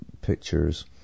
pictures